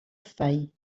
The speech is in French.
faille